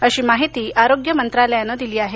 अशी माहिती आरोग्य मंत्रालयानं दिली आहे